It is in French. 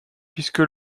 puisque